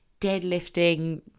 deadlifting